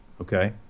Okay